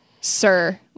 Sir